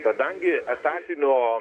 kadangi etatinio